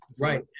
Right